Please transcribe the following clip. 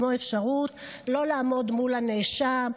כמו אפשרות לא לעמוד מול הנאשם,